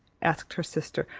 asked her sister,